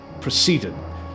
proceeded